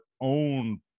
own